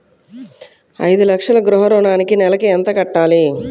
ఐదు లక్షల గృహ ఋణానికి నెలకి ఎంత కట్టాలి?